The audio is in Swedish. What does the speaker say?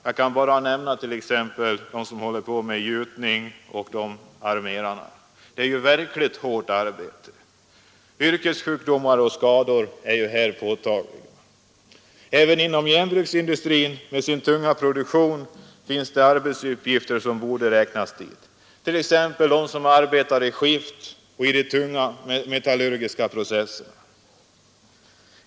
Jag kan nämna gjutarna och armerarna. Det är verkligen hårda arbeten. Yrkessjukdomar och skador är här påtagliga. Även inom järnbruksindustrin med sin tunga produktion finns arbetsuppgifter som borde räknas till de hälsofarliga. Det gäller t.ex. alla som arbetar i skift och i tunga metallurgiska processer.